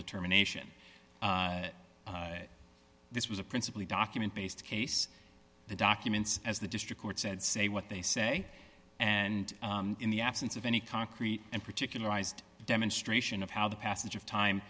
determination this was a principle a document based case the documents as the district court said say what they say and in the absence of any concrete and particularized demonstration of how the passage of time